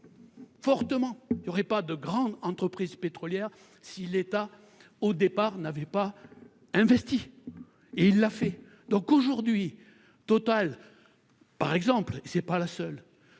il y aurait pas de grandes entreprises pétrolières si l'État, au départ, n'avaient pas investi et il l'a fait, donc aujourd'hui, total, par exemple, c'est pas la seule